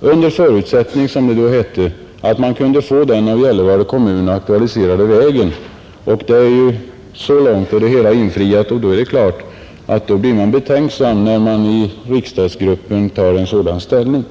under förutsättning, som det då sades, att man kunde få med den av Gällivare kommun aktualiserade vägen Suorva —Ritsem, Så långt är det hela infriat, och det är klart att man blir betänksam när nu vpk-riksdagsgruppen intar en sådan ställning.